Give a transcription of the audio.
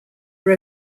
are